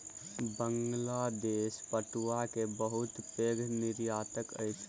बांग्लादेश पटुआ के बहुत पैघ निर्यातक अछि